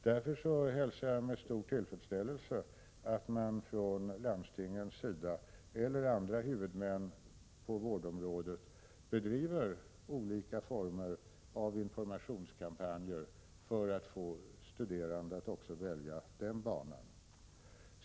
Därför hälsar jag med stor tillfredsställelse att landsting eller andra huvudmän på vårdområdet bedriver olika former av informationskampanjer för att få studerande att också välja de här aktuella banorna.